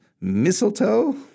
mistletoe